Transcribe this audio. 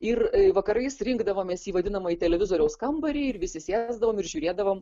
ir vakarais rinkdavomės į vadinamąjį televizoriaus kambarį ir visi sėsdavom ir žiūrėdavom